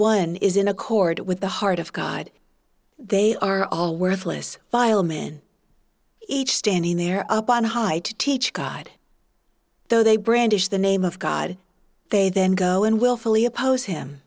one is in accord with the heart of god they are all worthless vile men each standing there up on high to teach god though they brandish the name of god they then go and willfully oppose him